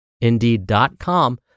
Indeed.com